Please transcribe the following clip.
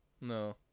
No